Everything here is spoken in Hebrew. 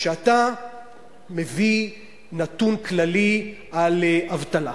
כשאתה מביא נתון כללי על אבטלה,